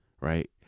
right